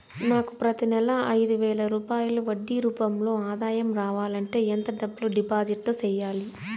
నాకు ప్రతి నెల ఐదు వేల రూపాయలు వడ్డీ రూపం లో ఆదాయం రావాలంటే ఎంత డబ్బులు డిపాజిట్లు సెయ్యాలి?